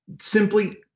simply